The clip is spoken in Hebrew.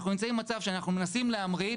אנחנו נמצאים במצב שאנחנו מנסים להמריא,